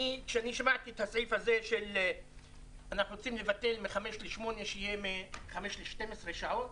שמעתי את הסעיף הזה שאנו רוצים לבטל מ-5 ל-8 שיהיה 5 ל-12 שעות.